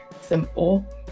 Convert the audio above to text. simple